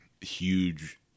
huge